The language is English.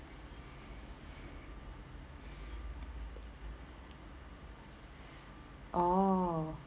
orh